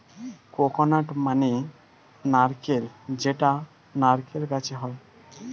coconut মানে নারকেল যেটা নারকেল গাছে হয়